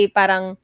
parang